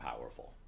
powerful